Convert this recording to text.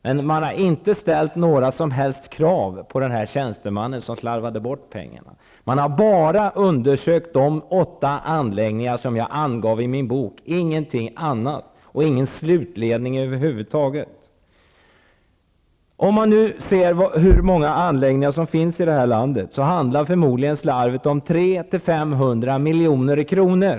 Man har inte ställt några som helst krav på den tjänsteman som slarvade bort pengarna. Man har bara undersökt de åtta anläggningar som jag angav i min bok, ingenting annat. Ingen slutledning över huvud taget har gjorts. Om man ser på hur många anläggningar som finns här i landet, handlar slarvet förmodligen om 300-- 500 milj.kr.